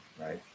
right